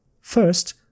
First